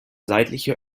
seitliche